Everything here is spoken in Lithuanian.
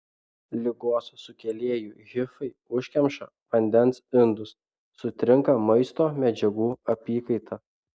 ligos sukėlėjų hifai užkemša vandens indus sutrinka maisto medžiagų apykaita